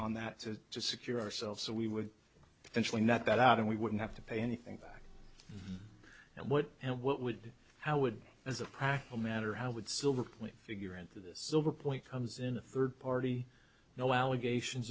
on that to secure ourselves so we would potentially net that out and we wouldn't have to pay anything back and what and what would how would as a practical matter how would silver figure into this silver point comes in a third party no allegations